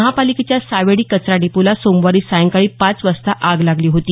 महापालिकेच्या सावेडी कचरा डेपोला सोमवारी सायंकाळी पाच वाजता आग लागली होती